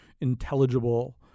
intelligible